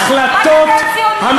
ההחלטות, רק אתם ציונים.